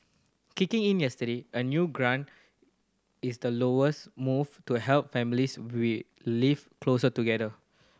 kicking in yesterday a new grant is the lowest move to help families live closer together